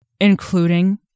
including